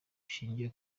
bishingiye